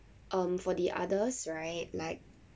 um for the others right like